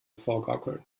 vorgaukeln